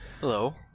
Hello